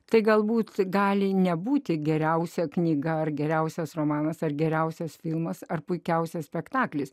tai galbūt gali nebūti geriausia knyga ar geriausias romanas ar geriausias filmas ar puikiausias spektaklis